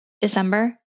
December